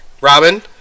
Robin